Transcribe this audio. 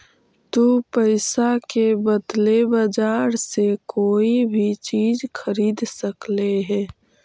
तु पईसा के बदले बजार से कोई भी चीज खरीद सकले हें